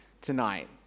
tonight